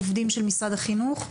עובדים של משרד החינוך?